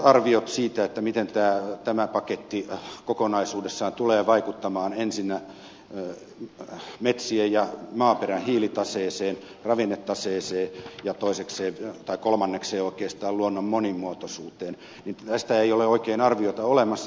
nyt siitä miten tämä paketti kokonaisuudessaan tulee vaikuttamaan ensinnä metsien ja maaperän hiilitaseeseen ravinnetaseeseen ja toisekseen tai kolmanneksi oikeastaan luonnon monimuotoisuuteen ei ole oikein tähänastista arviota olemassa